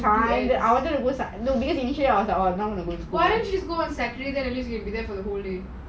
fine I wanted to go no but initially I don't want to go school